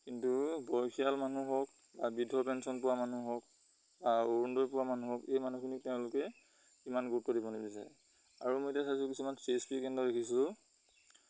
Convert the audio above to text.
কিন্তু বয়সীয়াল মানুহ হওক বা বিধ পেঞ্চন পোৱা মানুহ হওক বা অৰুণ দয় পোৱা মানুহ হওক এই মানুহখিনিক তেওঁলোকে ইমান গুৰুত্ব দিব নিবিচাৰে আৰু মই এতিয়া চাইছোঁ কিছুমান চি এছ পি কেন্দ্ৰ দেখিছোঁ